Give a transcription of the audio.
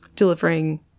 delivering